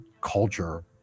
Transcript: culture